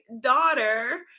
daughter